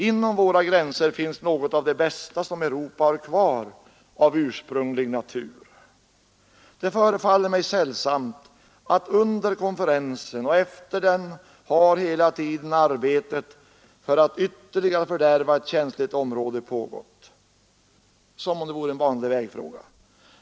Inom våra gränser finns något av det bästa som Europa har kvar av ursprunglig natur. Det förefaller mig sällsamt att man under och efter konferensen hela tiden arbetat för att ytterligare fördärva ett känsligt område, som om det gällt en vanlig vägfråga.